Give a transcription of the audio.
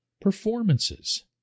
performances